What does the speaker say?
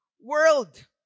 world